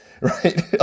right